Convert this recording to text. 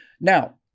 Now